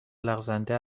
لغزنده